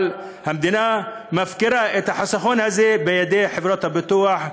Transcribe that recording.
אבל המדינה מפקירה את החיסכון הזה בידי חברות הביטוח,